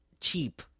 cheap